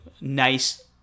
nice